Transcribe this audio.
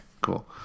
cool